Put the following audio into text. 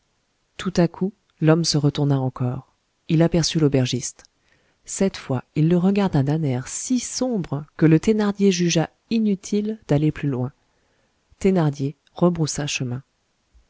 tout à coup l'homme se retourna encore il aperçut l'aubergiste cette fois il le regarda d'un air si sombre que le thénardier jugea inutile d'aller plus loin thénardier rebroussa chemin